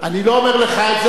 אני לא אומר לך את זה,